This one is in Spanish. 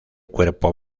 cuerpo